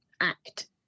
act